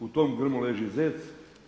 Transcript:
U tom grmu leži zec.